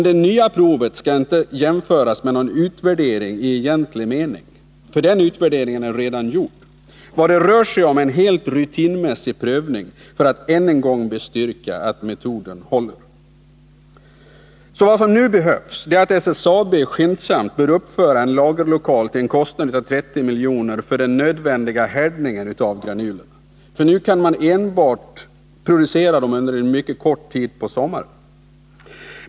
Det nya provet skall inte jämföras med någon utvärdering i egentlig mening. En sådan är redan gjord. Vad det rör sig om är en helt rutinmässig prövning för att än en gång bestyrka att metoden håller. Vad som nu behövs är att SSAB skyndsamt kan uppföra en lagerlokal till en kostnad av 30 milj.kr. för den nödvändiga härdningen av granulerna. Nu kan man enbart producera dem under en mycket kort tid på sommaren.